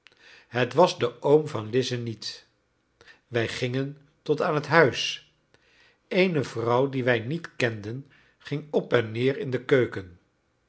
het was de oom van lize niet wij gingen tot aan het huis eene vrouw die wij niet kenden ging op en neer in de keuken